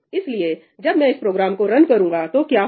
इसलिए जब मैं इस प्रोग्राम को रन करूंगा तो क्या होगा